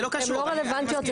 זה לא רלוונטי.